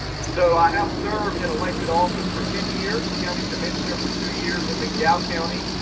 so i have served in elected office for ten years, county commissioner for two years in mcdowell county,